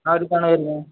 അതുകണക്കാണ് വരുന്നത്